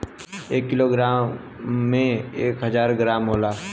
एक kilogram में एक हजार ग्राम होला